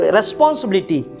responsibility